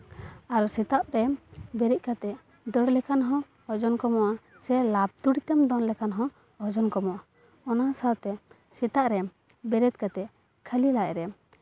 ᱟᱨ ᱥᱮᱛᱟᱜ ᱨᱮ ᱵᱮᱨᱮᱫ ᱠᱟᱛᱮ ᱥᱮᱛᱟᱜ ᱨᱮ ᱫᱟᱹᱲ ᱞᱮᱠᱷᱟᱡ ᱦᱚᱸ ᱚᱡᱚᱱ ᱠᱚᱢᱚᱜᱼᱟ ᱥᱮ ᱞᱟᱯᱷ ᱫᱚᱲᱤᱛᱮᱢ ᱫᱚᱱ ᱞᱮᱠᱷᱟᱱ ᱦᱚᱸ ᱚᱡᱚᱱ ᱠᱚᱢᱚᱜᱼᱟ ᱚᱱᱟ ᱥᱟᱶᱛᱮ ᱥᱮᱛᱟᱜ ᱨᱮ ᱵᱮᱨᱮᱫ ᱠᱟᱛᱮᱜ ᱠᱷᱟᱹᱞᱤ ᱞᱟᱡ ᱨᱮ